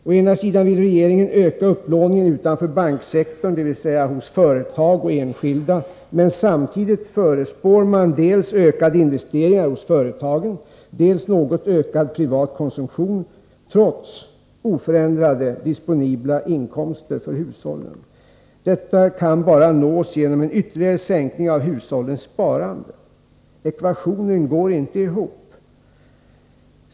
Å ena sidan vill regeringen öka upplåningen utanför banksektorn, dvs. hos företag och enskilda, men å andra sidan förutspår man samtidigt dels ökade investeringar hos företagen, dels något ökad privat konsumtion trots oförändrade disponibla inkomster för hushållen. Detta kan bara nås genom en ytterligare sänkning av hushållens sparande. Ekvationen går inte ihop.